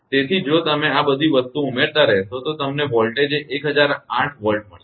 તેથી જો તમે આ બધી વસ્તુઓ ઉમેરતા રહેશો તો તમને વોલ્ટેજ એ 1008 Volt મળશે